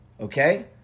okay